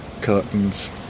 curtains